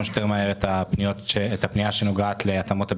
שיותר מהר את הפנייה שנוגעת להתאמות הביצוע.